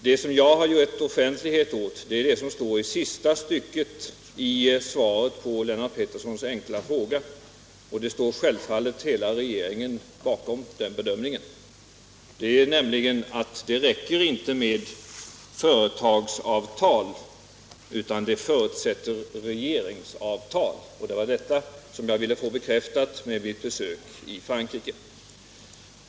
Det som jag har gett offentlighet åt är det som står i sista stycket i svaret på Lennart Petterssons fråga, och självfallet står hela regeringen bakom den bedömningen. Det räcker nämligen inte med företagsavtal, utan en sådan här lösning förutsätter regeringsavtal. — Det var bl.a. detta jag ville få bekräftat med mitt besök i Frankrike.